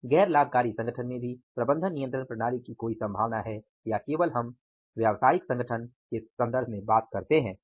क्या गैर लाभकारी संगठन में भी प्रबंधन नियंत्रण प्रणाली की कोई संभावना है या केवल हम व्यवसायिक संगठन के सन्दर्भ में बात करते हैं